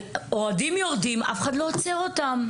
אוהדים יורדים ואף אחד לא עוצר אותם.